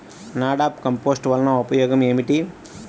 NADEP compost వలన ఉపయోగం ఏమిటి?